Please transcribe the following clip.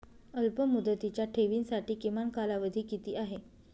अल्पमुदतीच्या ठेवींसाठी किमान कालावधी किती आहे?